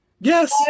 Yes